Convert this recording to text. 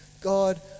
God